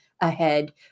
ahead